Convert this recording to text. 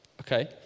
Okay